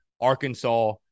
Arkansas